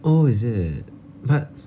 oh is it but